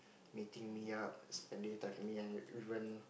meeting me up spending time with me and even